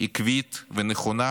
עקבית ונכונה